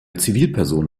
zivilperson